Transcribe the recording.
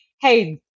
hey